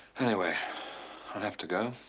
anyway i have to go.